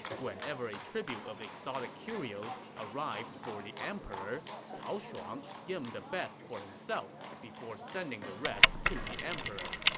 whenever a tribute of exotic curios arrived for the emperor, cao shuang skimmed the best for himself before sending the rest to the emperor.